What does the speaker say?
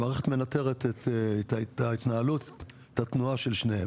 המערכת מנטרת את ההתנהלות, את התנועה של שניהם.